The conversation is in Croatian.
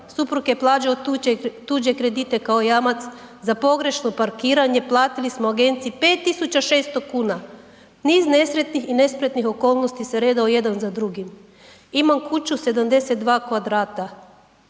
suprug je plaćao tuđe kredite, kao jamac za pogrešno parkiranje platili smo agenciji 5.600,00 kn niz nesretnih i nespretnih okolnosti se redao jedan za drugim, imam kuću 72m2,